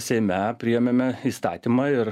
seime priėmėme įstatymą ir